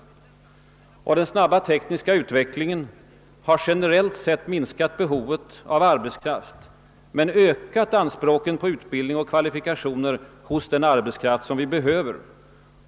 Den snabba tekniska utvecklingen har generellt sett minskat behovet av arbetskraft men ökat anspråken på utbildning och kvalifikationer hos den arbetskraft som vi behöver.